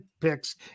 picks